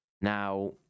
Now